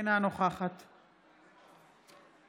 אינה נוכחת אני